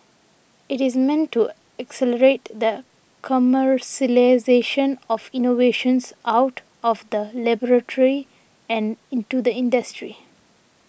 it is meant to accelerate the commercialisation of innovations out of the laboratory and into the industry